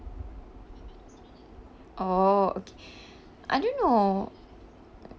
oh okay I don't know